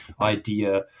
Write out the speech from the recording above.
idea